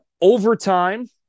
overtime